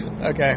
Okay